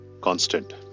constant